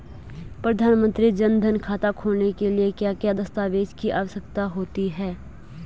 प्रधानमंत्री जन धन खाता खोलने के लिए क्या क्या दस्तावेज़ की आवश्यकता होती है?